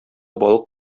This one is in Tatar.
балык